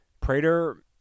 Prater